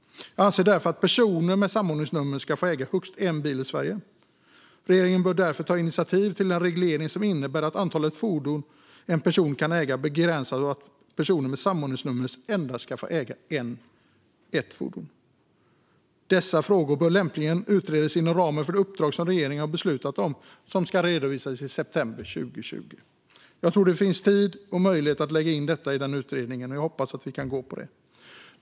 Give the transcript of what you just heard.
Jag anser därför att personer med samordningsnummer ska få äga högst en bil i Sverige. Regeringen bör därför ta initiativ till en reglering som innebär att antalet fordon en person kan äga begränsas och att personer med samordningsnummer endast ska få äga ett fordon. Dessa frågor bör lämpligen utredas inom ramen för det uppdrag som regeringen har beslutat om och som ska redovisas i september 2020. Jag tror att det finns tid och möjlighet att lägga in detta i utredningen, och jag hoppas att vi kan gå på det.